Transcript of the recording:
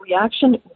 reaction